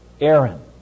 Aaron